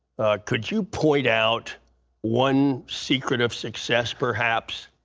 could you point out one secret of success, perhaps?